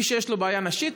מי שיש לה בעיה נשית,